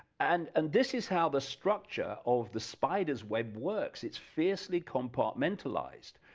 and and this is how the structure of the spider's web works, its seriously compartmentalized,